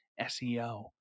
SEO